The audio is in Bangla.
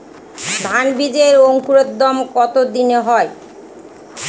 ধান বীজের অঙ্কুরোদগম কত দিনে হয়?